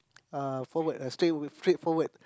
uh forward uh straightaway straightforward